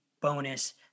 bonus